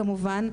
כמובן,